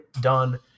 done